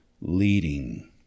leading